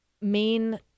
main